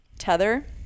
tether